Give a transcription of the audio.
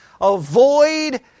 avoid